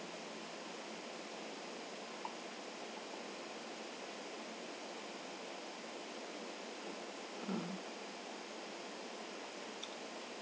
mm